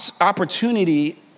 opportunity